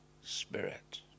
spirit